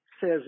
says